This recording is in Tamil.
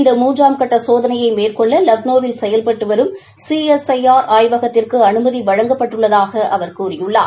இந்த மூன்றாம் கட்ட சோதனைய மேற்கொள்ள லக்னோவில் செயல்பட்டு வரும் சி எஸ் ஐ ஆர் ஆய்வகத்திற்கு அனுமதி வழங்கப்பட்டள்ளதாக அவர் கூறியுள்ளார்